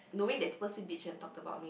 knowing they purposely bitch and talked about me